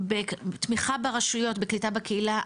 תמיכה ברשויות בקליטה בקהילה,